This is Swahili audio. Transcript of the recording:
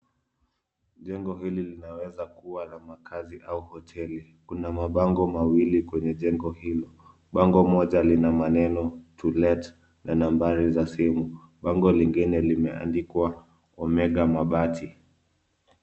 Jengo hili linaweza kuwa la makazi au hoteli, kuna mabango mawili kwenye jengo hili, bango moja lina maneno [to let] na nambari za simu, bango lingine limeandikwa omega mabati.